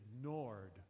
ignored